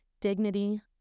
dignity